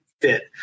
fit